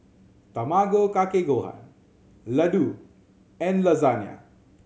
Tamago Kake Gohan Ladoo and Lasagna